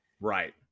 Right